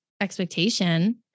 expectation